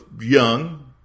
young